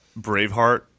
Braveheart